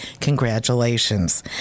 congratulations